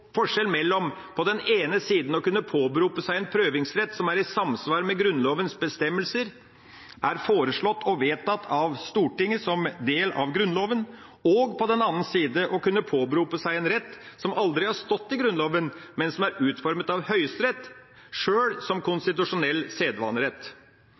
forskjell mellom på den ene siden å kunne påberope seg en prøvingsrett som er i samsvar med Grunnlovens bestemmelser, som er foreslått og vedtatt av Stortinget som del av Grunnloven, og på den andre siden å kunne påberope seg en rett som aldri har stått i Grunnloven, men som er utformet av Høyesterett sjøl, som konstitusjonell sedvanerett.